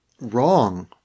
wrong